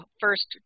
first